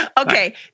Okay